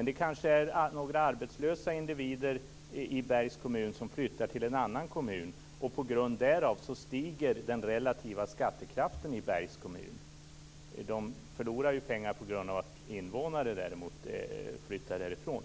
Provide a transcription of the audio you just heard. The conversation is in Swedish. minskar. Kanske är det några arbetslösa individer i Bergs kommun som flyttar till en annan kommun. På grund därav stiger den relativa skattekraften i Bergs kommun. Man förlorar däremot pengar på att invånare flyttar därifrån.